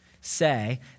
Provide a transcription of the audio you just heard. say